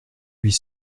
huit